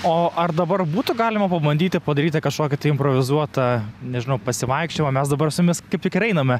o ar dabar būtų galima pabandyti padaryti kažkokį improvizuotą nežinau pasivaikščiojimą mes dabar su jumis kaip tik ir einame